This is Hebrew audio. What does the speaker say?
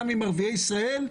גם עם ערביי ישראל.